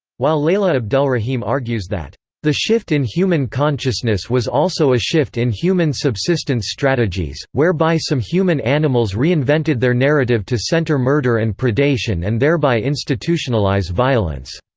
while layla abdelrahim argues that the shift in human consciousness was also a shift in human subsistence strategies, whereby some human animals reinvented their narrative to center murder and predation and thereby institutionalize violence.